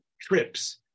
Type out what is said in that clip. trips